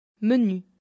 Menu